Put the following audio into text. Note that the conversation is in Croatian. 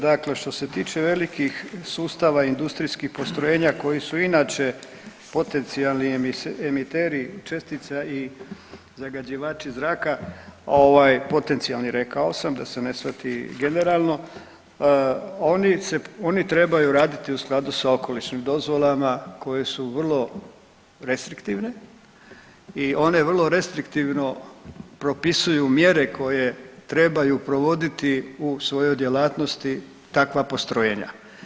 Dakle, što se tiče velikih sustava industrijskih postrojenja koji su inače potencijalni emiteri čestica i zagađivači zraka, potencijalni rekao sam da se ne shvati generalno, oni trebaju raditi u skladu s okolišnim dozvolama koje su vrlo restriktivne i one vrlo restriktivno propisuju mjere koje trebaju provoditi u svojoj djelatnosti takva postrojenja.